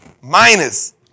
Minus